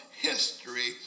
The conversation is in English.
history